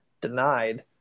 denied